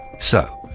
so,